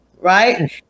right